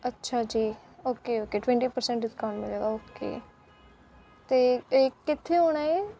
ਅੱਛਾ ਜੀ okay okay twenty percent discount ਮਿਲੇਗਾ ਓਕੇ ਅਤੇ ਇਹ ਕਿੱਥੇ ਹੋਣਾ ਇਹ